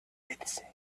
did